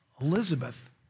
Elizabeth